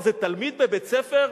או איזה תלמיד בבית-ספר,